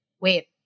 Wait